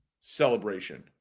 celebration